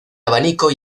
abanico